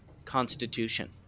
Constitution